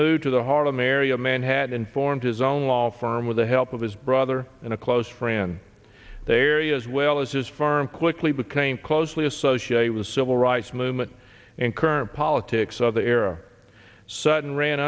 moved to the harlem area man had informed his own law firm with the help of his brother and a close friend there you as well as his farm quickly became closely associated with civil rights movement and current politics of the era sutton ran